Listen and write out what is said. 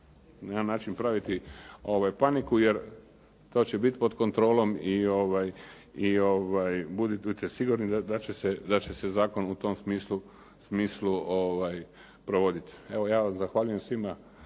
način praviti paniku jer to će biti pod kontrolom i budite sigurni da će se zakon u tom smislu provoditi. Evo ja vam zahvaljujem svima